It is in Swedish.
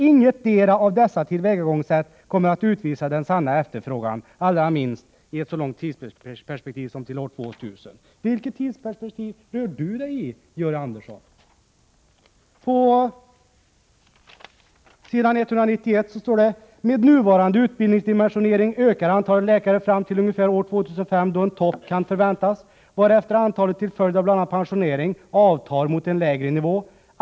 Ingetdera av dessa tillvägagångssätt kommer att utvisa den ”sanna” efterfrågan allra minst i ett så långt tidsperspektiv som till år 2000.” Inom vilket tidsperspektiv rör sig Georg Andersson? På s. 191 i samma utredning står det: ”Med nuvarande utbildningsdimensionering ökar antalet läkare fram till ungefär år 2005 då en topp kan förväntas, varefter antalet till följd av bl.a. pensionering avtar mot en lägre nivå.